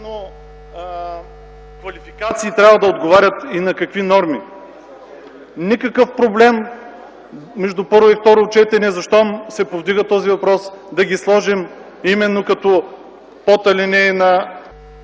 квалификации трябва да отговарят и на какви норми. Никакъв проблем не е между първо и второ четене, щом се повдига този въпрос – да ги сложим като подалинеи на